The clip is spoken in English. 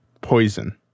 Poison